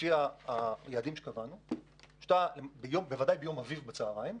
לפי היעדים שקבענו, בוודאי בצוהריים,